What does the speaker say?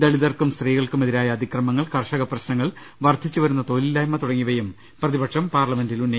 ദളിതർക്കും സ്ത്രീകൾക്കുമെതിരായ അതിക്രമങ്ങൾ കർഷക പ്രശ്നങ്ങൾ വർദ്ധിച്ചുവരുന്ന തൊഴിലില്ലായ്മ തുടങ്ങിയ വയും പ്രതിപക്ഷം പാർലമെന്റിൽ ഉന്നയിക്കും